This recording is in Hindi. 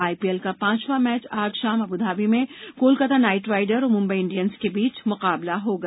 आईपीएल का पांचवां मैच आज शाम अबुधाबी में कोलकाता नाइट राइडर और मुंबई इंडियंस के बीच मुकाबला होगा